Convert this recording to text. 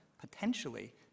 potentially